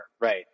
Right